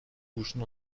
duschen